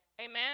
Amen